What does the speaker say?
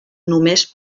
només